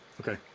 Okay